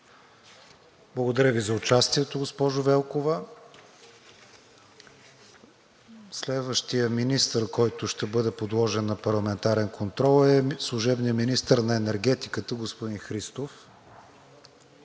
Благодаря Ви за участието, госпожо Велкова. Следващият министър, който ще бъде подложен на парламентарен контрол, е служебният министър на енергетиката господин Христов,